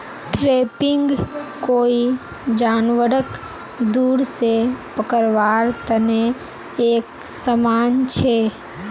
trapping कोई जानवरक दूर से पकड़वार तने एक समान छे